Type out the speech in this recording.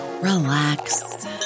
relax